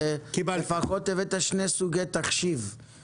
לפחות הבאת שני סוגי תחשיב,